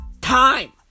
time